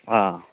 ꯑꯥ